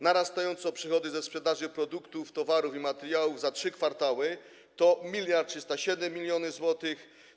Narastająco przychody ze sprzedaży produktów, towarów i materiałów za 3 kwartały to 1307 mln zł.